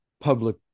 public